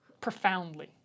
Profoundly